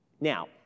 Now